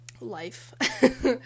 life